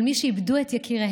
של מי שאיבדו את יקיריהם,